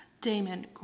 Damon